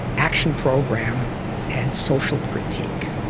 action program and social critique.